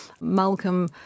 malcolm